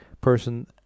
person